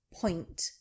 point